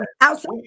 outside